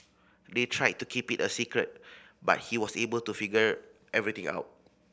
they tried to keep it a secret but he was able to figure everything out